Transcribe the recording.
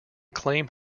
claim